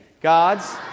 God's